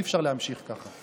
אי-אפשר להמשיך ככה.